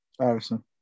Iverson